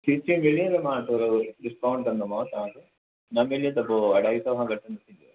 सीटूं मिलियूं न मां थोरो डिस्काउंट कंदोमांव तव्हांखे न मिलियूं त पोइ अढाई सौ खां घटि न थींदो